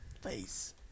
face